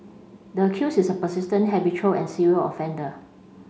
the accused is a persistent habitual and serial offender